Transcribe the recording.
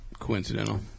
coincidental